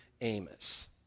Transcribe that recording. Amos